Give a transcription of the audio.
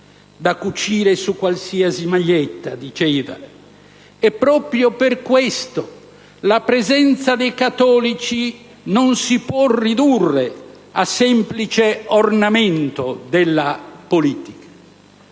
da cucire su qualsiasi maglietta, diceva, e proprio per questo la presenza dei cattolici non si può ridurre a semplice ornamento della politica.